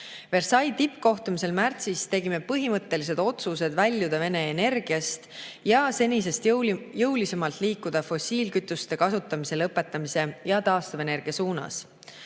Versailles' tippkohtumisel märtsis tegime põhimõttelised otsused väljuda Vene energiast ja senisest jõulisemalt liikuda fossiilkütuste kasutamise lõpetamise ja taastuvenergia suunas.